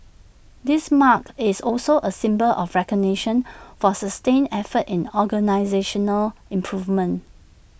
this mark is also A symbol of recognition for sustained efforts in organisational improvement